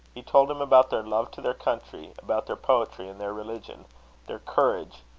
he told him about their love to their country, about their poetry and their religion their courage,